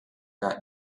got